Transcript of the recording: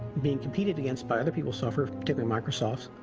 being competed against by other people's software, particularly microsoft's